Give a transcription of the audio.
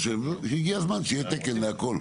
הגיע הזמן שיהיה תקן להכל.